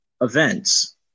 events